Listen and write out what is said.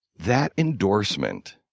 that endorsement,